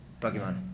Pokemon